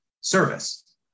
service